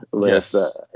Yes